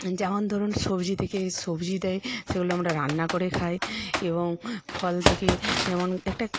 যেমন ধরুন সবজি থেকে সবজি দেয় সেগুলো আমরা রান্না করে খাই এবং ফল থেকে যেমন একটা